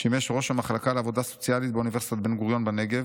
שימש ראש המחלקה לעבודה סוציאלית באוניברסיטת בן-גוריון בנגב,